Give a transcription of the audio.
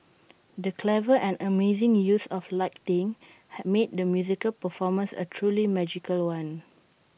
the clever and amazing use of lighting has made the musical performance A truly magical one